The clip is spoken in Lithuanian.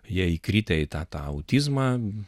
jie įkritę į tą tą autizmą